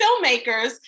filmmakers